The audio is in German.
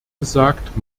gesagt